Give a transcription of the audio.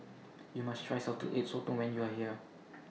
YOU must Try Salted Egg Sotong when YOU Are here